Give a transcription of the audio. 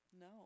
No